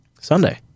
Sunday